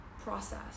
process